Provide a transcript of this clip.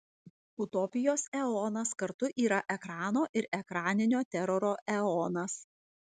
utopijos eonas kartu yra ekrano ir ekraninio teroro eonas